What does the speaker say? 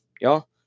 y'all